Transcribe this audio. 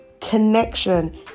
Connection